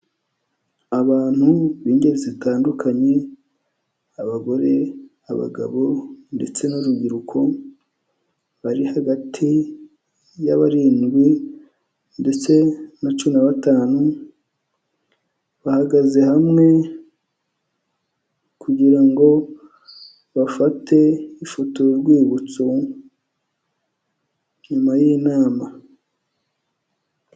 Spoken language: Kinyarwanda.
Abantu b'ingeri zitandukanye; abagore, abagabo, ndetse n'urubyiruko bari hagati ya barindwi ndetse na cumi na batanu bahagaze hamwe kugira bafate ifoto y'urwibutso nyuma y'inaama.